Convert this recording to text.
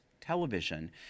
television